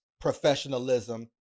professionalism